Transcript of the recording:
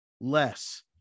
less